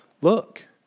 look